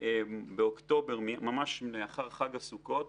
באוקטובר, ממש לאחר חג הסוכות,